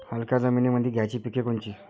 हलक्या जमीनीमंदी घ्यायची पिके कोनची?